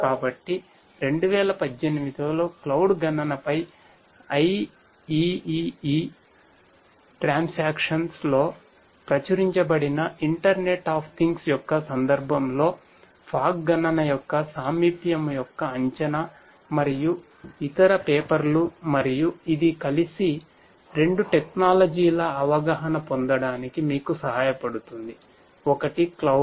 కాబట్టి 2018 లో క్లౌడ్